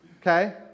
Okay